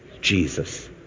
Jesus